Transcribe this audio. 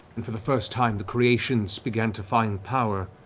and for the first time, the creations began to find power